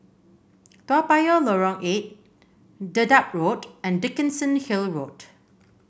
Toa Payoh Lorong Eight Dedap Road and Dickenson Hill Road